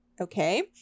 Okay